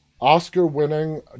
Oscar-winning